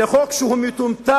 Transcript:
זה חוק שהוא מטומטם,